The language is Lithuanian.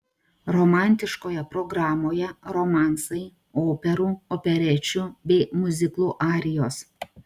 romantiškoje programoje romansai operų operečių bei miuziklų arijos